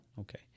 Okay